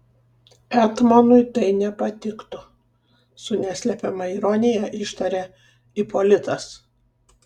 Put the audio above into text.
etmonui tai nepatiktų su neslepiama ironija ištarė ipolitas